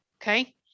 Okay